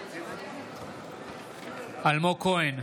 בעד אלמוג כהן,